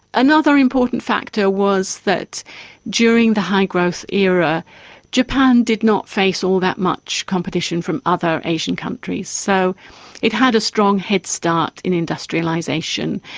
another important factor was that during the high-growth era japan did not face all that much competition from other asian countries. so it had a strong head-start in industrialisation.